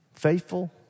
Faithful